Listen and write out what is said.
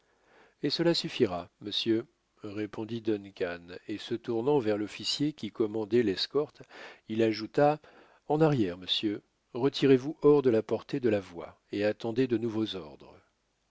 et cela suffira monsieur répondit duncan et se tournant vers l'officier qui commandait l'escorte il ajouta en arrière monsieur retirez-vous hors de la portée de la voix et attendez de nouveaux ordres